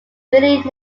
willie